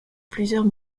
plusieurs